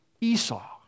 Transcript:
Esau